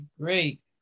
great